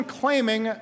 claiming